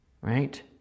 right